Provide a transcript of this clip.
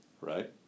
Right